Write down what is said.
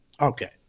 okay